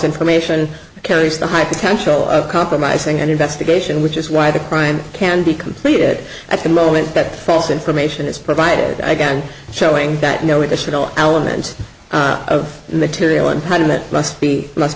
information carries the high potential of compromising an investigation which is why the crime can be completed at the moment that false information is provided again showing that no additional element of material and putting that must be must